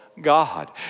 God